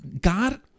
God